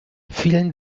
vielen